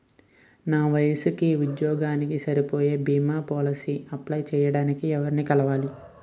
నా వయసుకి, ఉద్యోగానికి సరిపోయే భీమా పోలసీ అప్లయ్ చేయటానికి ఎవరిని కలవాలి?